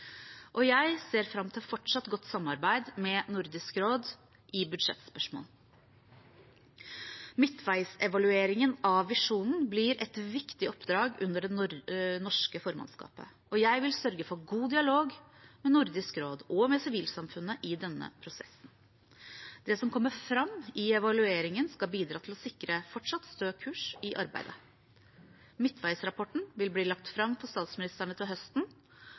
Jeg ser fram til fortsatt godt samarbeid med Nordisk råd i budsjettspørsmål. Midtveisevaluering av visjonen blir et viktig oppdrag under det norske formannskapet. Jeg vil sørge for god dialog med Nordisk råd og sivilsamfunnet i denne prosessen. Det som kommer fram i evalueringen, skal bidra til å sikre fortsatt stø kurs i arbeidet. Midtveisrapporten vil bli lagt fram for statsministrene til høsten